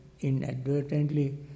inadvertently